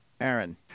Aaron